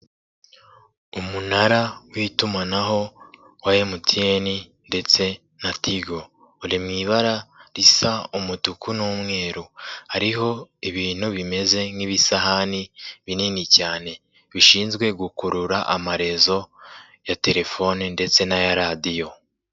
Umunara w'itumanaho wa Emutiyene ndetse na Tigo uri mu ibara risa umutuku n'umweru, hariho ibintu bimeze nk'ibisahani binini cyane bishinzwe gukurura amarezo ya telefoni ndetse n'aya radiyo.